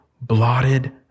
blotted